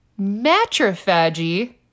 matrophagy